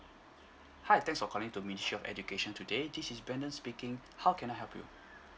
hi thanks for calling to ministry of education today this is brendan speaking how can I help you